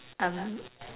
um